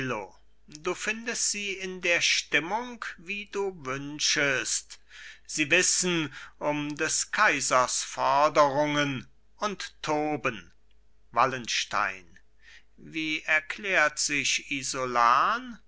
du findest sie in der stimmung wie du wünschest sie wissen um des kaisers foderungen und toben wallenstein wie erklärt sich isolan